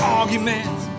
arguments